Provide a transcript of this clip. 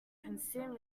consume